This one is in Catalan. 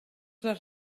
les